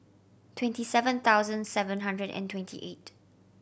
twenty seven thousand seven hundred and twenty eight